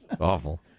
Awful